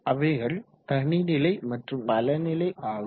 அவைகள் தனி நிலை மற்றும் பல நிலை ஆகும்